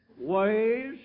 ways